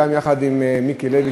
יחד עם מיקי לוי,